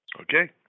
Okay